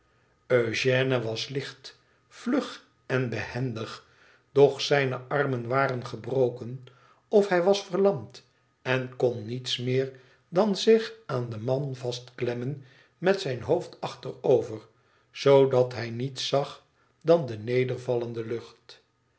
eugène was licht vlug en behendig doch zijne armen waren gebroken of hij was verlamd en kon niets meer dan zich aan den man vastklemmen met zijn hoofd achterover zoodat hij niets zag dan de nedervallende lucht